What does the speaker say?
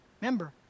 remember